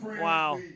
Wow